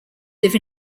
live